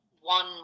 one